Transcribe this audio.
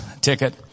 ticket